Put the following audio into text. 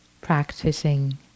practicing